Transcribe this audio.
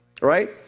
Right